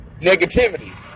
negativity